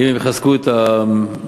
אם הם יחזקו במקומות